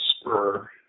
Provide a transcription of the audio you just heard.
spur